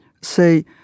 say